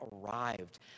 arrived